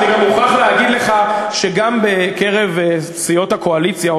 אני מוכרח להגיד לך שגם בקרב סיעות הקואליציה,